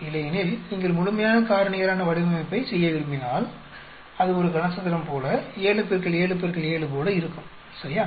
இல்லையெனில் நீங்கள் முழுமையான காரணியாலான வடிவமைப்பைச் செய்ய விரும்பினால் அது ஒரு கனசதுரம் போல 7 X 7 X 7 போல இருக்கும் சரியா